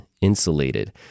insulated